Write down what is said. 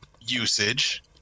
usage